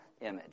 image